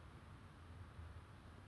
um you need to be tall